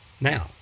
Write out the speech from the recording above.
Now